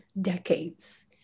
decades